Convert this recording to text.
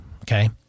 okay